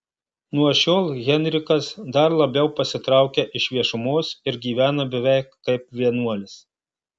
nuo šiol henrikas dar labiau pasitraukia iš viešumos ir gyvena beveik kaip vienuolis